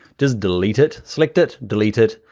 just delete it, select it, delete it,